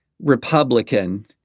Republican